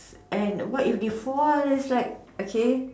and what if they fall is like okay